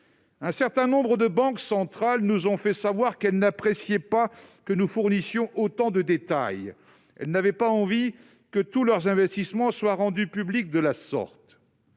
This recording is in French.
Un certain nombre de banques centrales nous ont fait savoir qu'elles n'appréciaient pas que nous fournissions autant de détails. Elles n'avaient pas envie que tous leurs investissements soient rendus publics de la sorte